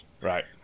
Right